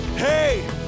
Hey